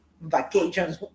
vacations